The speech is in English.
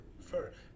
first